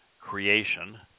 creation